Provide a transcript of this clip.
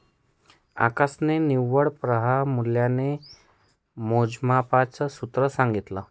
आकाशने निव्वळ प्रवाह मूल्याच्या मोजमापाच सूत्र सांगितला